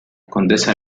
condesa